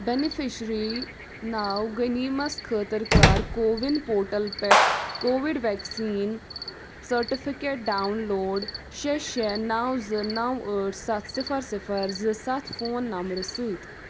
beneficiary ناوغٔنیٖمَس خٲطرٕ کر کووِن پورٹل پٮ۪ٹھ covid vaccine certificate download شےٚ شےٚ نو زٕ نو ٲٹھ ستھ صِفر صِفر زٕ ستھ فون نمبرٕ سۭتۍ